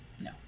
no